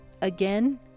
Again